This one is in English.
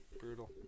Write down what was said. brutal